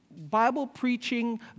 Bible-preaching